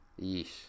Yeesh